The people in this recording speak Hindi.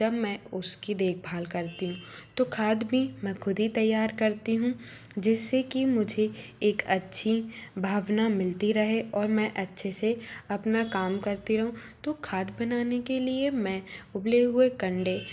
जब मैं उसकी देखभाल करती हूँ तो खाद भी मै खुद ही तैयार करती हूँ जिससे की मुझे एक अच्छी भावना मिलती रहे और मैं अच्छे से अपना काम करती रहूँ तो खाद बनाने के लिये मैं उबले हुए कंडे